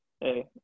Hey